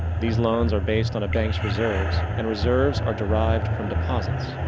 these loans are based on a banks reserves, and reserves are derived from deposits.